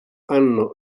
hanno